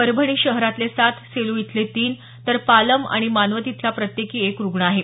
परभणी शहरातले सात सेलू इथले तीन तर पालम आणि मानवत इथला प्रत्येकी एक रुग्ण आहे